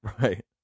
Right